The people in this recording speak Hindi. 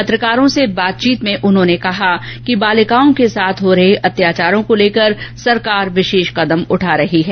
पत्रकारों से बातचीत में उन्होंने कहा कि बालिकाओं के साथ हो रहे अत्याचारों को लेकर सरकार विशेष कदम उठा रही हैं